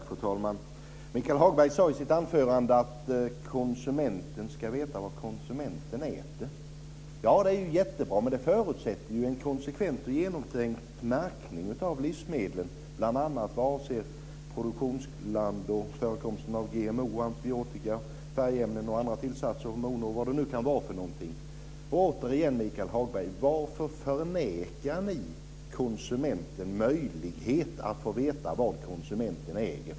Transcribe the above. Fru talman! Michael Hagberg sade i sitt anförande att konsumenten ska veta vad konsumenten äter. Det är jättebra! Men det förutsätter en konsekvent och genomtänkt märkning av livsmedlen, bl.a. vad avser produktionsland och förekomsten av GMO, antibiotika, färgämnen och andra tillsatser - oberoende av vad det är fråga om. Varför förnekar ni, Michael Hagberg, konsumenten möjlighet att få veta vad konsumenten äter?